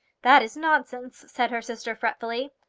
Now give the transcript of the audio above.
that is nonsense, said her sister, fretfully.